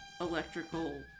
electrical